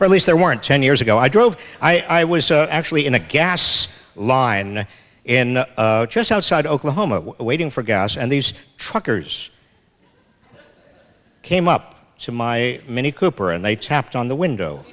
oklahoma at least there weren't ten years ago i drove i was actually in a gas line in just outside oklahoma waiting for gas and these truckers came up to my mini cooper and they tapped on the window